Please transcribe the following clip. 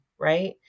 right